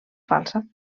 falsa